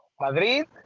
Madrid